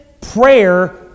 prayer